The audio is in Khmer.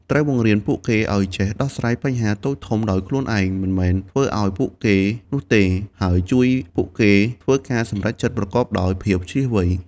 ត្រូវបង្រៀនពួកគេឲ្យចេះដោះស្រាយបញ្ហាតូចធំដោយខ្លួនឯង មិនមែនធ្វើឲ្យពួកគេនោះទេ ហើយជួយពួកគេធ្វើការសម្រេចចិត្តប្រកបដោយភាពឈ្លាសវៃ។